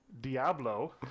Diablo